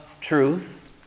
truth